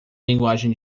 linguagem